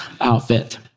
outfit